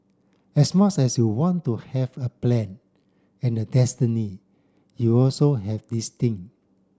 as much as you want to have a plan and a destiny you also have this thing